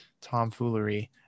tomfoolery